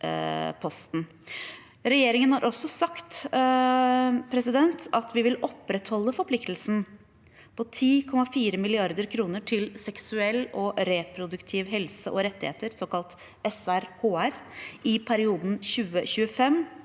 Regjeringen har også sagt at vi vil opprettholde forpliktelsen på 10,4 mrd. kr til seksuell og reproduktiv helse og rettigheter, såkalt SRHR,